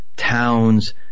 Towns